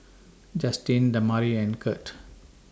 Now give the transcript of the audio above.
Justyn Damari and Kirt